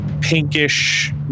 pinkish